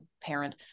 parent